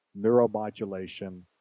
neuromodulation